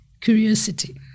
Curiosity